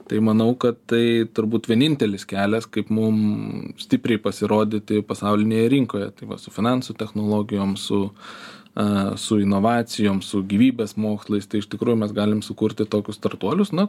tai manau kad tai turbūt vienintelis kelias kaip mum stipriai pasirodyti pasaulinėje rinkoje tai va su finansų technologijom su a su inovacijom su gyvybės mokslais tai iš tikro mes galim sukurti tokius startuolius na